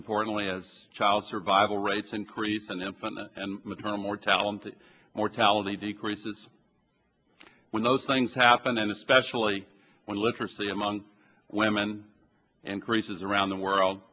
importantly as child survival rates increase and infant and maternal mortality mortality decreases when those things happen and especially when literacy among women and creases around the world